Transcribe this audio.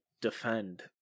defend